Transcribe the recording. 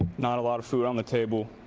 not a lot of food on the table,